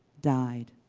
dyed,